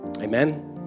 Amen